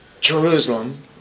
Jerusalem